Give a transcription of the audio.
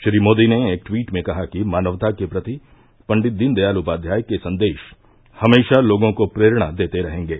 श्री मोदी ने एक ट्वीट में कहा कि मानवता के प्रति पंडित दीनदयाल उपाध्याय के संदेश हमेशा लोगों को प्रेरणा देते रहेंगे